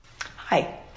Hi